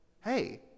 hey